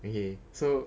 okay so